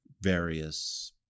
various